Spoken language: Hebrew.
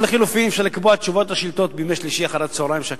או לחלופין אפשר לקבוע תשובות לשאילתות בימי שלישי אחר-הצהריים,